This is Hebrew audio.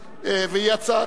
ודאי.